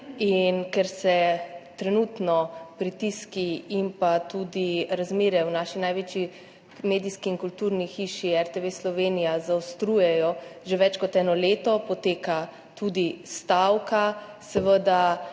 Ker se trenutno pritiski in pa tudi razmere v naši največji medijski in kulturni hiši RTV Slovenija zaostrujejo že več kot eno leto, poteka tudi stavka. Seveda